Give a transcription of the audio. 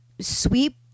sweep